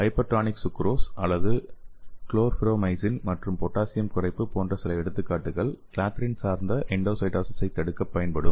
hypertonic sucrose அல்லது chlorpromazine மற்றும் potassium குறைப்பு போன்ற சில எடுத்துக்காட்டுகள் கிளாத்ரின் சார்ந்த எண்டோசைட்டோசிஸைத் தடுக்கப் பயன்படும்